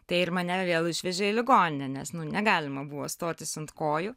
tai ir mane vėl išvežė į ligoninę nes negalima buvo stotis ant kojų